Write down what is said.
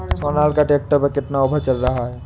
Sonalika tractor पर कितना offer चल रहा है?